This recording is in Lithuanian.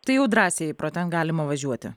tai jau drąsiai pro ten galima važiuoti